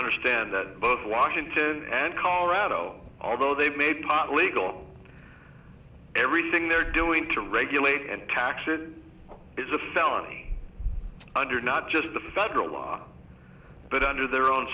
understand that both washington and colorado although they've made pot legal on everything they're doing to regulate and tax it is a felony under not just the federal law but under their own